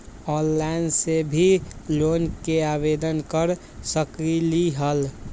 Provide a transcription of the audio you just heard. Online से भी loan के आवेदन कर सकलीहल?